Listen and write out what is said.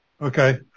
Okay